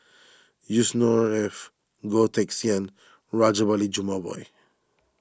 Yusnor Ef Goh Teck Sian Rajabali Jumabhoy